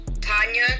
Tanya